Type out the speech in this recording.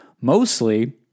mostly